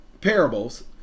parables